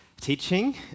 teaching